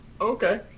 Okay